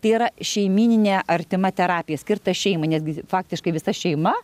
tai yra šeimyninė artima terapija skirta šeimai netgi faktiškai visa šeima